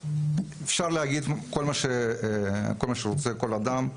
אפשר להגיד כל מה שרוצה כל אדם.